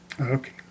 okay